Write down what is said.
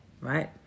Right